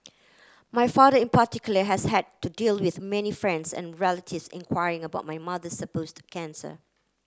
my father in particular has had to deal with many friends and relatives inquiring about my mother supposed cancer